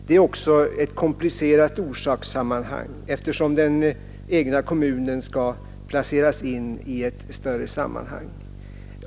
Hela orsakskedjan är också komplicerad, eftersom den egna kommunen skall placeras in i ett större sammanhang.